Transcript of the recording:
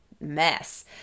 mess